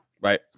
Right